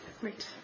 Great